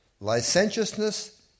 licentiousness